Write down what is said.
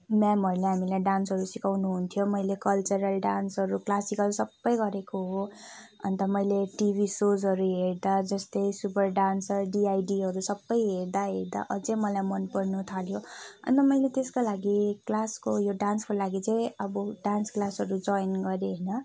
म्यामहरूले हामीलाई डान्सहरू सिकाउनु हुन्थ्यो मैले कल्चरल डान्सहरू क्लासिकल सबै गरेको हो अन्त मैले टिभी सोजहरू हेर्दा जस्तै सुपर डान्सर डिआइडीहरू सबै हेर्दा हेर्दा अझै मलाई मनपर्नु थाल्यो अन्त मैले त्यसको लागि क्लासको यो डान्सको लागि चाहिँ अब डान्स क्लासहरू जोइन गरेँ होइन